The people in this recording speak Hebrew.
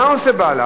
מה עושה בעלה?